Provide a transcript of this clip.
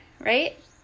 right